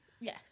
Yes